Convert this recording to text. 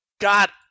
God